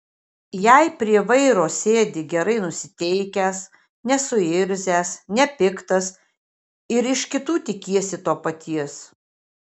jei prie vairo sėdi gerai nusiteikęs nesuirzęs nepiktas ir iš kitų tikiesi to paties